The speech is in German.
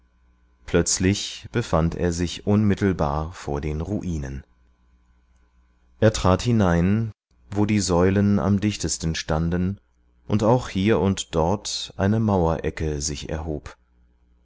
plötzlich befand er sich unmittelbar vor den ruinen er trat hinein wo die säulen am dichtesten standen und auch hier und dort eine mauerecke sich erhob